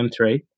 M3